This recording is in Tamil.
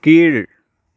கீழ்